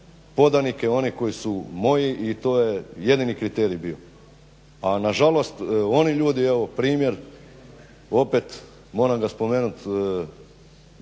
podanike, one koji su moji i to je jedini kriterij bio. A nažalost oni ljudi, evo primjer opet, moram ga spomenuti